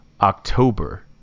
October